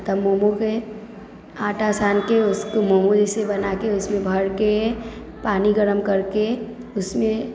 आओर तब मोमोके आटा सानिके उसको मोमो जैसे बनाके उसमे भरके पानि गरम करके उसमे